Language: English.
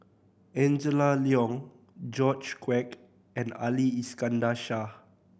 Angela Liong George Quek and Ali Iskandar Shah